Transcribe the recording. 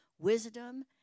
wisdom